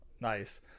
Nice